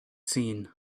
seen